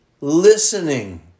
listening